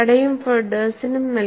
ടഡയും ഫെഡെർസണും Tada and Feddersen